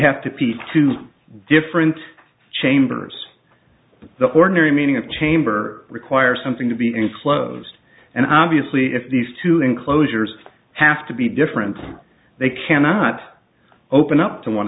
piece two different chambers the ordinary meaning of chamber requires something to be enclosed and obviously if these two enclosures have to be different they cannot open up to one